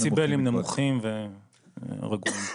בדציבלים נמוכים ורגועים.